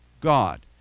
God